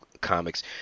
comics